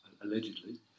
allegedly